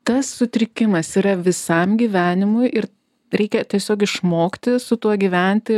tas sutrikimas yra visam gyvenimui ir reikia tiesiog išmokti su tuo gyventi